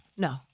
no